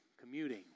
Commuting